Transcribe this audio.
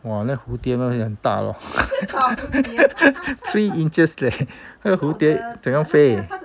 !wah! 那蝴蝶那会很大 lor three inches leh 那个蝴蝶怎样飞